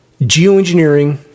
Geoengineering